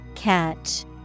Catch